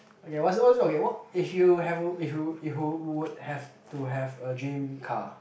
okay what's what's okay what if you have if you if you would have to have a dream car